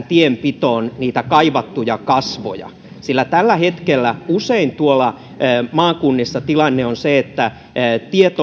tienpitoon enempi niitä kaivattuja kasvoja tällä hetkellä usein tuolla maakunnissa tilanne on se että tiet